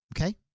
Okay